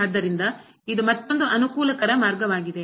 ಆದ್ದರಿಂದಇದು ಮತ್ತೊಂದು ಅನುಕೂಲಕರ ಮಾರ್ಗವಾಗಿದೆ